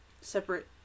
separate